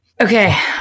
Okay